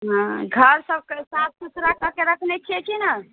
हँ घर सबके साफ सुथरा करके रखने छियै की नहि